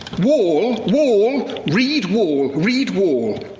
wall, wall, read wall, read wall.